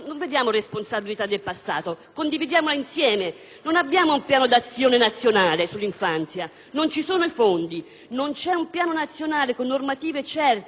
Manca un piano di azione nazionale sull'infanzia, mancano i fondi e un piano nazionale, con normative certe e procedure standardizzate, per accertare l'età